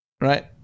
Right